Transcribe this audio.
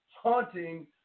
haunting